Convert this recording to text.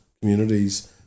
communities